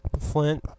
Flint